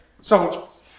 soldiers